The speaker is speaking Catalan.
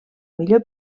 millor